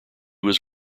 was